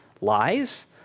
lies